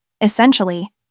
Essentially